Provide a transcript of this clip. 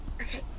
Okay